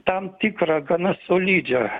tam tikrą gana solidžią